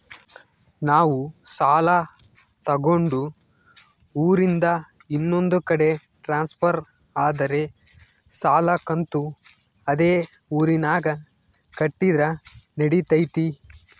ನಾವು ಸಾಲ ತಗೊಂಡು ಊರಿಂದ ಇನ್ನೊಂದು ಕಡೆ ಟ್ರಾನ್ಸ್ಫರ್ ಆದರೆ ಸಾಲ ಕಂತು ಅದೇ ಊರಿನಾಗ ಕಟ್ಟಿದ್ರ ನಡಿತೈತಿ?